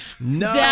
no